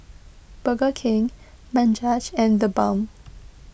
Burger King Bajaj and the Balm